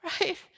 Right